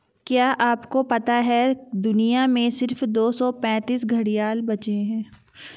क्या आपको पता है दुनिया में सिर्फ दो सौ पैंतीस घड़ियाल बचे है?